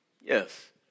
Yes